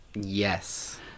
Yes